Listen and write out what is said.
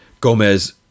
Gomez